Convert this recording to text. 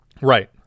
Right